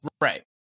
Right